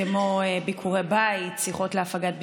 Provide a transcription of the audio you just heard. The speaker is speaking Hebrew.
כמו ביקורי בית, שיחות להפגת בדידות,